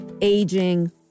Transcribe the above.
aging